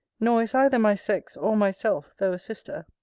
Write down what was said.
nor is either my sex or myself, though a sister,